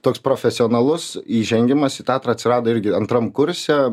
toks profesionalus įžengimas į teatrą atsirado irgi antram kurse